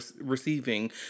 receiving